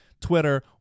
Twitter